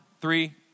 three